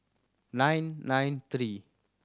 nine nine three